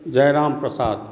Jayram Prasad